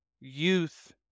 youth